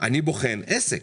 אני בוחן עסק.